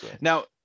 now